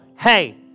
hey